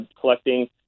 collecting